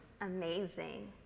amazing